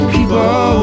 People